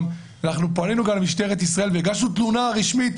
פנינו גם למשטרת ישראל והגשנו תלונה רשמית.